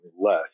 less